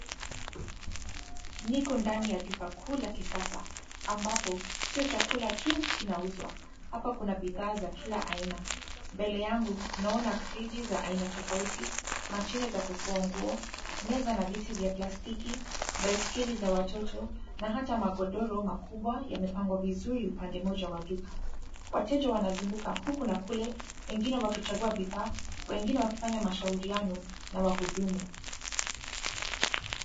Niko ndani ya duka kuu la kisasa, ambapo sio chakula tu kinauzwa. Hapa kuna bidhaa za kila aina. Mbele yangu, naona friji za aina tofauti, mashine za kufua nguo ,meza na viti vya plastiki, baiskeli za watoto na hata magodoro makubwa yamepangwa vizuri upande moja wa duka. Wateja wanazunguka huku na kule, wengine wakichagua bidhaa, wengine wakifanya mashauriano na wahudumu.